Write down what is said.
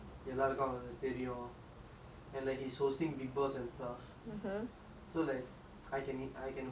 and the his hosting big boss and stuff so like I can I can host big boss and like roast all the contestants you know